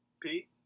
Pete